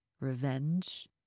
Revenge